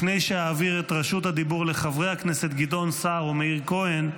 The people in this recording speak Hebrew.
לפני שאעביר את רשות הדיבור לחברי הכנסת גדעון סער ומאיר כהן,